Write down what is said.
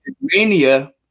mania